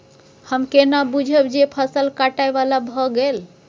हम केना बुझब जे फसल काटय बला भ गेल?